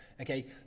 Okay